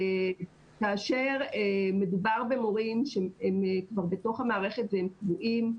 כאשר מדובר במורים שהם כבר בתוך המערכת והם קבועים,